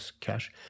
cash